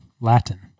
Latin